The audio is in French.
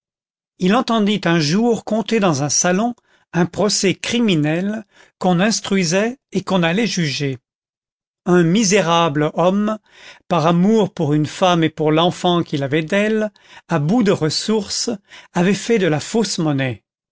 il entendit un jour conter dans un salon un procès criminel qu'on instruisait et qu'on allait juger un misérable homme par amour pour une femme et pour l'enfant qu'il avait d'elle à bout de ressources avait fait de la fausse monnaie